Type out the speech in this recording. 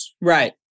Right